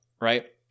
right